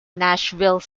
nashville